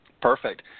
Perfect